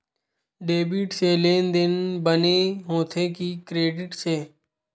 Debit से लेनदेन बने होथे कि क्रेडिट से?